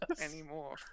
anymore